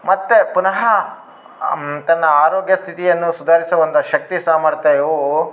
ಮತ್ತು ಪುನಹ ತನ್ನ ಆರೋಗ್ಯ ಸ್ಥಿತಿಯನ್ನು ಸುಧಾರಿಸೊ ಒಂದು ಶಕ್ತಿ ಸಾಮರ್ಥ್ಯ ಇವೂ